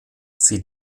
sie